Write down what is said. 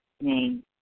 name